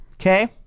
Okay